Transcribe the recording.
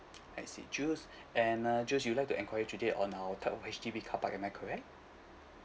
I see jules and uh jules you'd like enquire today on our type of H_D_B car park am I correct